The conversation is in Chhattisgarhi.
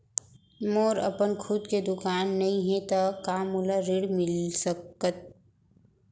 मोर अपन खुद के दुकान नई हे त का मोला ऋण मिलिस सकत?